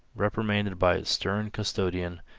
reprimanded by its stern custodian,